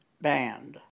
Band